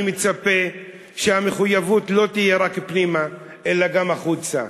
אני מצפה שהמחויבות לא תהיה רק פנימה אלא גם החוצה,